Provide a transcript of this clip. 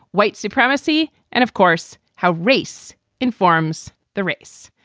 white supremacy and of course, how race informs the race.